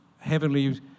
heavenly